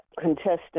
contestant